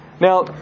Now